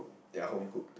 they're home cooked